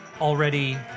already